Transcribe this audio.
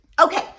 okay